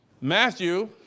Matthew